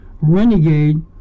renegade